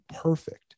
perfect